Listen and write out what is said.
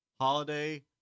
holiday